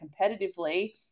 competitively